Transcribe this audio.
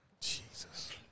Jesus